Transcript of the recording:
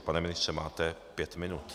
Pane ministře, máte pět minut.